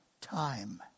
time